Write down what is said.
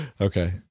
okay